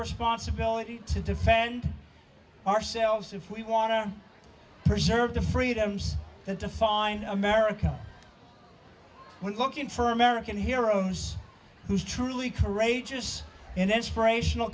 responsibility to defend ourselves if we want to preserve the freedoms that define america we're looking for american heroes who's truly courageous and inspirational